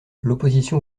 l’opposition